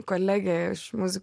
kolegė iš muzi